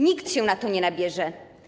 Nikt się na to nie nabierze.